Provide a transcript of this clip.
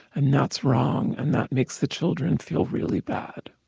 and that's wrong and that makes the children feel really bad.